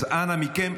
אז אנא מכם,